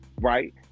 right